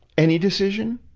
any decision,